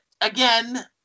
again